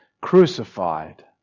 crucified